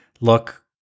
look